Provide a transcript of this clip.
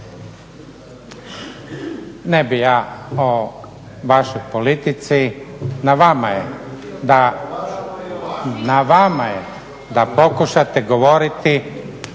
Ne bi ja o vašoj politici, na vama je da pokušate govoriti